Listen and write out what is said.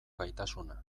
gaitasuna